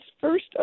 first